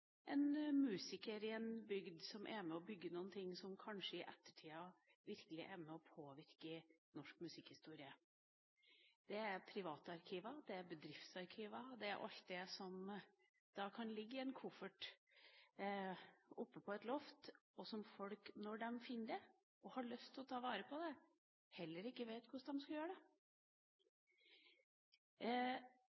en musiker i en bygd som er med og bygger noe som kanskje i ettertida virkelig er med og påvirker norsk musikkhistorie. Det er private arkiver, det er bedriftsarkiver og alt det som kan ligge i en koffert oppe på et loft, og når folk finner det og har lyst til å ta vare på det, vet de ikke hvordan de skal gjøre det.